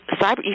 cyber